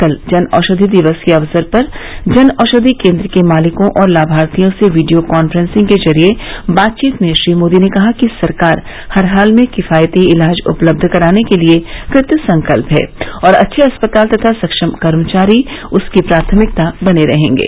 कल जनऔषधि दिवस के अवसर पर जनऔषधि केन्द्र के मालिकों और लाभार्थियों से वीडियो काफ्रेंस के जरिए बातचीत में श्री मोदी ने कहा कि सरकार हर हाल में किफायती इलाज उपलब्ध कराने के लिए कृतसंकल्प है और अच्छे अस्पताल तथा सक्षम कर्मचारी उसकी प्राथमिकता बने रहेंगे